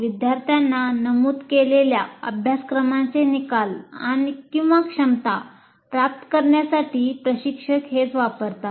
विद्यार्थ्यांना नमूद केलेल्या अभ्यासक्रमाचे निकाल किंवा क्षमता प्राप्त करण्यासाठी प्रशिक्षक हेच वापरतात